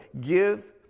give